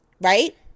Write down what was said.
right